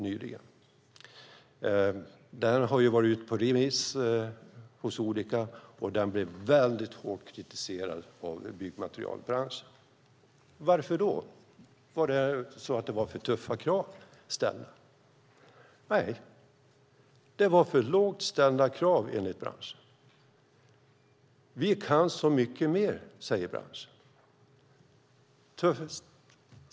Skrivelsen har varit ute på remiss, och den blev väldigt hårt kritiserad av byggmaterialbranschen. Varför då? Var det för tuffa krav som ställdes? Nej - enligt branschen var det för lågt ställda krav. Vi kan så mycket mer, säger branschen.